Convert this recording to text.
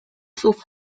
sus